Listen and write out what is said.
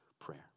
prayer